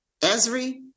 Esri